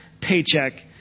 paycheck